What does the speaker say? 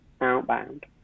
outbound